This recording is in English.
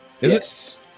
Yes